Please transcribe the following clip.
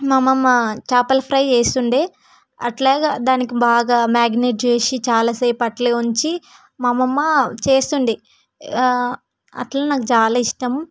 మా అమ్మమ్మ చేపల ఫ్రై చేస్తుండేది అట్లాగా దానికి బాగా మారినేట్ చేసి చాలాసేపు అట్లే ఉంచి మా అమ్మమ్మ చేస్తుండేది అట్లా నాకు చాలా ఇష్టం